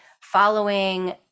following